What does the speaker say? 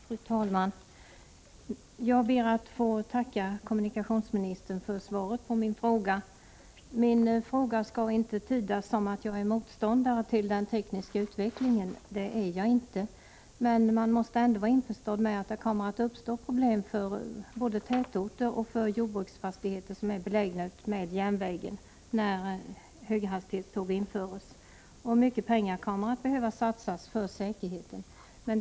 Fru talman! Jag ber att få tacka kommunikationsministern för svaret på min fråga. Frågan skall inte tydas så, att jag är motståndare till den tekniska utvecklingen. Det är jag inte. Men man måste ändå vara på det klara med att det kommer att uppstå problem både för befolkningen i tätorter och för ägarna till jordbruksfastigheter som är belägna utmed järnvägen när höghastighetståg införs. Mycket pengar kommer att behöva satsas på säkerhetsåtgärder.